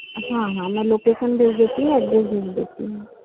हाँ हाँ मैं लोकेशन भेज देती हूँ एड्रेस भेज देती हूँ